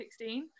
2016